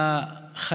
מסלול ראשון,